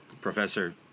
Professor